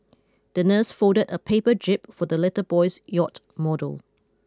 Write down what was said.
the nurse folded a paper jib for the little boy's yacht model